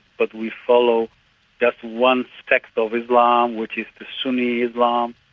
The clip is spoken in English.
but we follow just one sect of islam, which is the sunni islam.